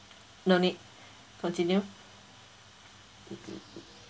no need continue